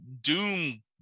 Doom